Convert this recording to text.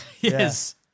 Yes